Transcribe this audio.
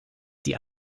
die